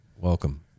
welcome